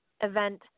event